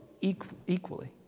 equally